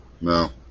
No